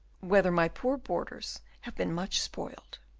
whether my poor borders have been much spoiled.